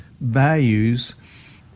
values